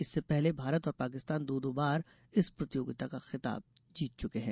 इससे पहले भारत और पाकिस्तान दो दो बार इस प्रतियोगिता का खिताब जीत चुके हैं